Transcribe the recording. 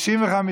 סעיף 3 נתקבל.